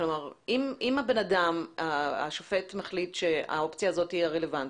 אם השופט מחליט שהאופציה הזאת היא הרלוונטית,